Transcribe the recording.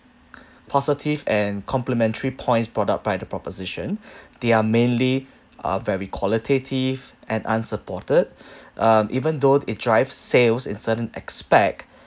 positive and complimentary points brought up by the proposition they are mainly uh very qualitative and unsupported um even though it drives sales in certain aspect